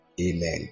Amen